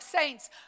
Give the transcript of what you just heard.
saints